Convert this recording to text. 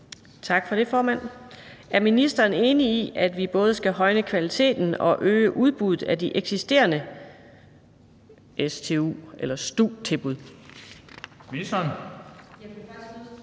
Tak for det, formand. Er ministeren enig i, at vi både skal højne kvaliteten og øge udbuddet af de eksisterende stu-tilbud?